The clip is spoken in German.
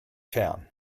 fern